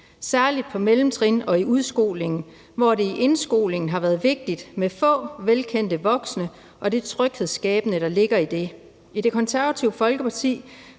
særlig på mellemtrinnet og i udskolingen, hvor det i indskolingen har været vigtigt med få velkendte voksne og det tryghedsskabende, der ligger i det. I Det Konservative Folkeparti